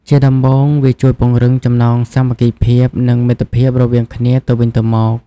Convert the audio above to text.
ជាដំបូង វាជួយពង្រឹងចំណងសាមគ្គីភាព និងមិត្តភាពរវាងគ្នាទៅវិញទៅមក។